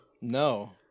No